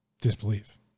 disbelief